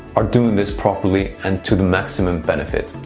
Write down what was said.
are doing this properly and to the maximum benefit.